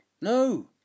No